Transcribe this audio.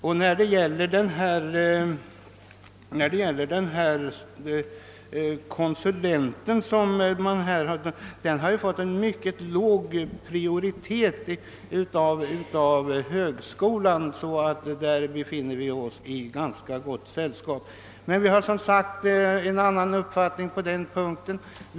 Och vad konsulenttjänsten beträffar, så har ju denna givits mycket låg prioritet av högskolan. Därvidlag befinner vi oss alltså i ganska gott sällskap, när vi har en annan uppfattning än herr Hansson i Skegrie.